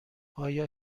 آیا